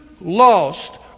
lost